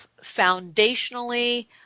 foundationally